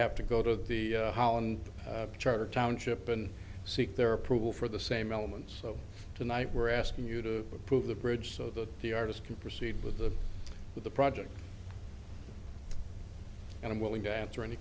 have to go to the holland charter township and seek their approval for the same elements so tonight we're asking you to approve the bridge so that the artist can proceed with the with the project and i'm willing to answer any